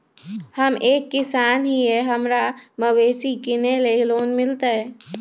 हम एक किसान हिए हमरा मवेसी किनैले लोन मिलतै?